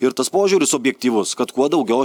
ir tas požiūris objektyvus kad kuo daugiau